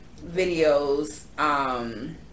videos